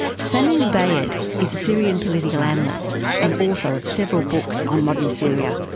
sami moubayed is a syrian political analyst and author of several books on modern syria.